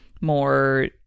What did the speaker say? more